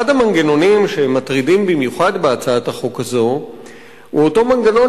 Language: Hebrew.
אחד המנגנונים שמטרידים במיוחד בהצעת החוק הזו הוא אותו מנגנון